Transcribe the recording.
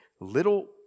Little